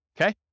Okay